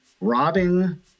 robbing